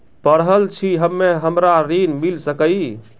पढल छी हम्मे हमरा ऋण मिल सकई?